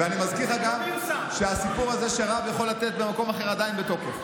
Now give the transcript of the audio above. אני מזכיר לך גם שהסיפור הזה שרב יכול במקום אחר עדיין בתוקף,